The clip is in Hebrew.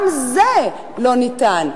גם זה לא ניתן.